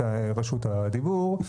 את רשות הדיבור,